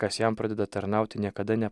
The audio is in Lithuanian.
kas jam pradeda tarnauti niekada ne